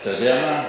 אתה יודע מה?